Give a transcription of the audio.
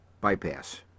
bypass